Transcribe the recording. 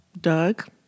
Doug